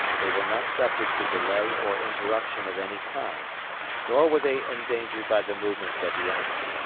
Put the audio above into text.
they were not subject to delay or interruption of any kind nor were they endangered by the movements of the enemy.